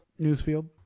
Newsfield